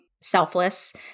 selfless